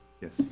Yes